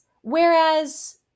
whereas